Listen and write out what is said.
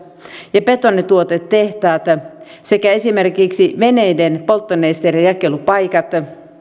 ja betonituotetehtaat sekä esimerkiksi veneiden polttonesteiden jakelupaikat